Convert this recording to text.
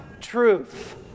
Truth